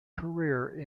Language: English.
career